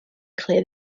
clean